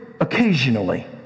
occasionally